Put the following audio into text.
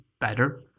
better